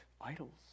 idols